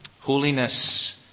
Holiness